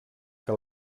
que